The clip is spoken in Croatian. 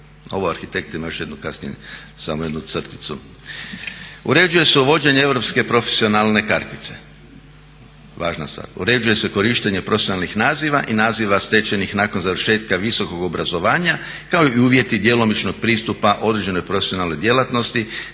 kasnije samo jednu crticu. Uređuje se uvođenje europske profesionalne krtice, važna stvar. Uređuje se korištenje profesionalnih naziva i naziva stečenih nakon završetka visokog obrazovanja kao i uvjeti djelomičnog pristupa određenoj profesionalnoj djelatnosti